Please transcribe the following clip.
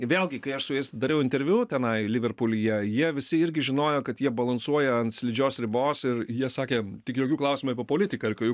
vėlgi kai aš su jais dariau interviu tenai liverpulyje jie visi irgi žinojo kad jie balansuoja ant slidžios ribos ir jie sakė tik jokių klausimų apie politiką ir kai jų